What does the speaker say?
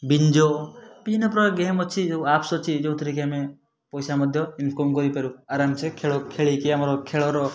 WinZO ବିଭିନ୍ନ ପ୍ରକାର game ଅଛି ଯେଉଁ ଆପ୍ସ ଅଛି ଯେଉଁଥିରେ କି ଆମେ ପଇସା ମଧ୍ୟ ଇନକମ୍ କରିପାରୁ ଆରାମସେ ଖେଳ ଖେଳିକି ଆମର ଖେଳର